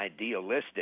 idealistic